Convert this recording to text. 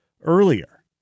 earlier